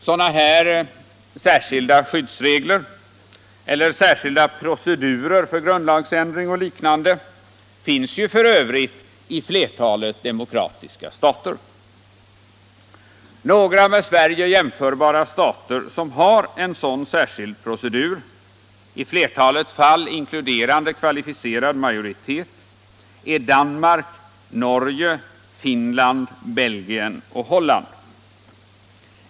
Sådana här särskilda skyddsregler eller särskilda procedurer för grundlagsändring och liknande finns ju f. ö. i flertalet demokratiska stater. Några med Sverige jämförbara stater som har en sådan särskild procedur, i flertalet fall inkluderande kvalificerad majoritet, är Danmark, Norge, Finland, Belgien och Holland.